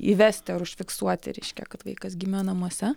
įvesti ar užfiksuoti reiškia kad vaikas gimė namuose